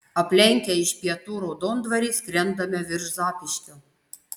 aplenkę iš pietų raudondvarį skrendame virš zapyškio